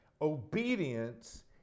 Obedience